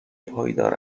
پایدار